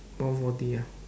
one forty ah